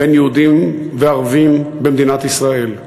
בין יהודים וערבים במדינת ישראל.